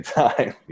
time